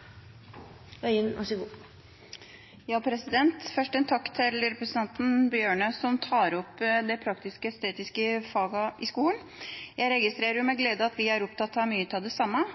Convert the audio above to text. Bjørnø, som tar opp de praktisk-estetiske fagene i skolen. Jeg registrerer med glede at vi er opptatt av mye av det samme, og